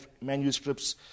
manuscripts